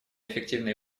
эффективной